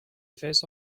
vais